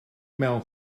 mewn